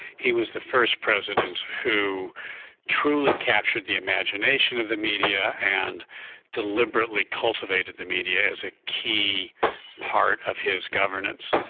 he was the first president who truly captured the imagination of the media and deliberately cultivated the media as a key part of his governance.